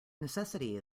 necessity